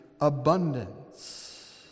abundance